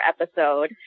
episode